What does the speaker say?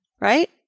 Right